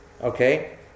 Okay